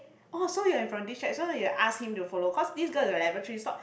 oh so you're from this chat so you'll ask him to follow cause this girl in the laboratory thought